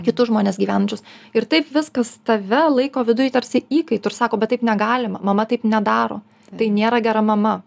kitus žmones gyvenančius ir taip viskas tave laiko viduj tarsi įkaitu ir sako bet taip negalima mama taip nedaro tai nėra gera mama